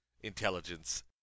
intelligence